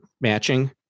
matching